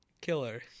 killer